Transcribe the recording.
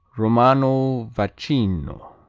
romano vacchino